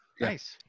Nice